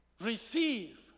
receive